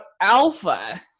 Alpha